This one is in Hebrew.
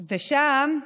ושם,